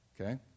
Okay